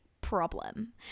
problem